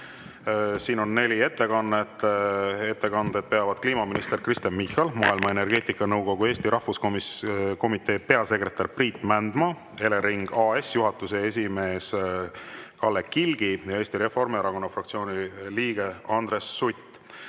Siin on neli ettekannet. Ettekande peavad kliimaminister Kristen Michal, Maailma Energeetikanõukogu Eesti Rahvuskomitee peasekretär Priit Mändmaa, Elering AS-i juhatuse esimees Kalle Kilk ja Eesti Reformierakonna fraktsiooni liige Andres Sutt.